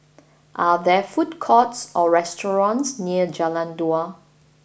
are there food courts or restaurants near Jalan Dua